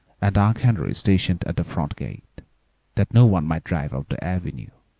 and unc' henry stationed at the front gate that no one might drive up the avenue.